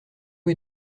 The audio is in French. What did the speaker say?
est